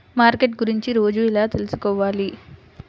Market గురించి రోజు ఎలా తెలుసుకోవాలి?